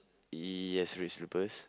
yes red slippers